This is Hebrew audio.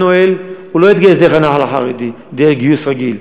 הוא לא התגייס דרך הנח"ל החרדי, דרך גיוס רגיל.